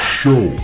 show